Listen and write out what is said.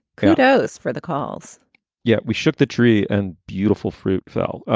kudos for the calls yeah. we shook the tree and beautiful fruit fell.